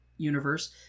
universe